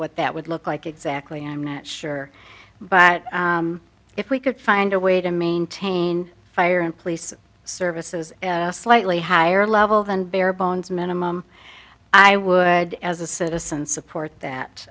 what that would look like exactly i'm not sure but if we could find a way to maintain fire and police services slightly higher level than bare bones minimum i would as a citizen support that